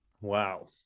Wow